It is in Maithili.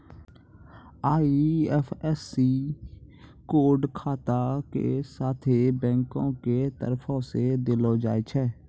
आई.एफ.एस.सी कोड खाता के साथे बैंको के तरफो से देलो जाय छै